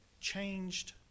changed